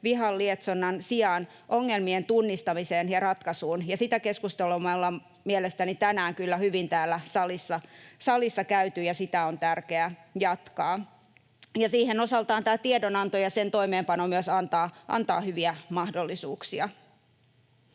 vihan lietsonnan sijaan ongelmien tunnistamiseen ja ratkaisuun, ja sitä keskustelua me ollaan mielestäni tänään kyllä hyvin täällä salissa käyty, ja sitä on tärkeä jatkaa. Ja siihen osaltaan tämä tiedonanto ja sen toimeenpano antavat myös hyviä mahdollisuuksia.